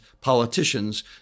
politicians